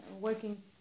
working